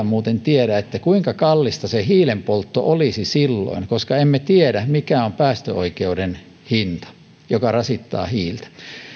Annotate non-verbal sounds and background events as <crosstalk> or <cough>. <unintelligible> muuten vielä tiedä kuinka kallista se hiilenpoltto olisi silloin koska emme tiedä mikä on päästöoikeuden hinta joka rasittaa hiiltä